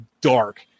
dark